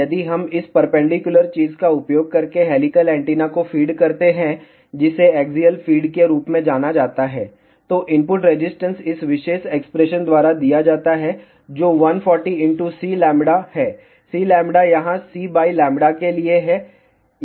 यदि हम इस परपेंडिकुलर चीज का उपयोग करके हेलिकल एंटीना को फीड करते हैं जिसे एक्सियल फ़ीड के रूप में जाना जाता है तो इनपुट रजिस्टेंस इस विशेष एक्सप्रेशन द्वारा दिया जाता है जो 140 Cλ है Cλ यहाँ Cλ के लिए है